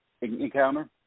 encounter